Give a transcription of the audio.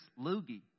loogie